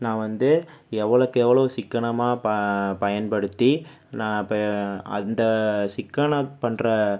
நான் வந்து எவ்வளவுக்கு எவ்வளவு சிக்கனமாக ப பயன்படுத்தி நான் அப்போ அந்த சிக்கனம் பண்ணுற